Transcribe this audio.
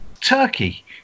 turkey